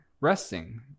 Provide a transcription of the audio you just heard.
resting